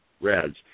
reds